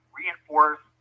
reinforce